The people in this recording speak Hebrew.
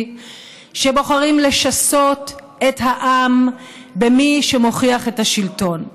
שבוחרים לשסות את העם במי שמוכיח את השלטון,